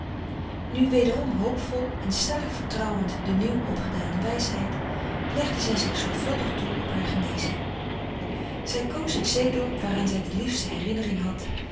nu wederom hoopvol en stellig vertrouwend de nieuw opgedane wijsheid legde zij zich zorgvuldig toe op haar genezing zij koos het zee dorp waaraan zij de liefste herinnering had